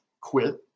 quit